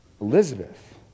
Elizabeth